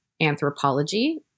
anthropology